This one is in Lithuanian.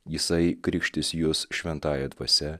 jisai krikštys jus šventąja dvasia